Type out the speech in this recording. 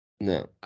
No